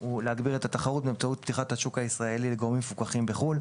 הוא הגברת התחרות באמצעות פתיחת השוק הישראלי לגורמים מפוקחים בחו"ל.